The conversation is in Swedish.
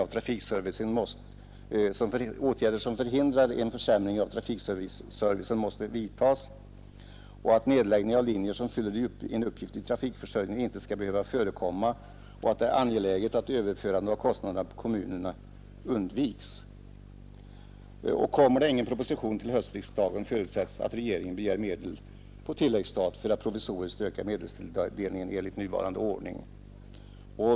Det sägs vidare att åtgärder som förhindrar en försämring av trafikservicen måste vidtas, att nedläggning av linjer som fyller en uppgift i trafikförsörjningen inte skall behöva förekomma och att det är angeläget att överförande av kostnader på kommunerna undviks. Kommer det ingen proposition till höstriksdagen, förutsätts att regeringen begär medel på tilläggsstat för att provisoriskt öka medelstilldelningen enligt nuvarande ordning.